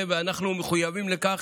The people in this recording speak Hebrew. אנחנו מחויבים לכך,